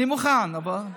אני מוכן, אבל,